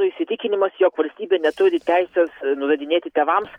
įsitikinimas jog valstybė neturi teisės nurodinėti tėvams